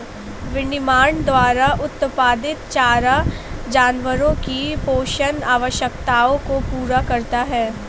विनिर्माण द्वारा उत्पादित चारा जानवरों की पोषण आवश्यकताओं को पूरा करता है